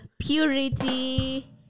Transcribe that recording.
purity